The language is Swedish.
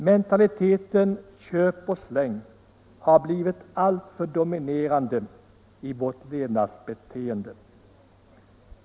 Köp-slit-och-släng-mentaliteten har blivit alltför dominerande i vårt levnadssätt.